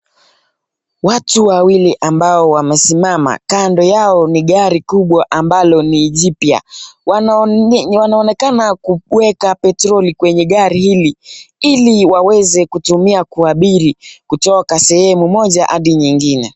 Watu wawili ambao wamesimama kando yao ni gari kubwa ambalo ni jipya. Wanaonekana kuweka petroli kwenye gari hili ili waweze kutumia kuabiri kutoka sehemu moja hadi nyingine.